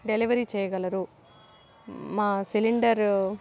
delivery చేయగలరు మా cylinder